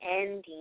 ending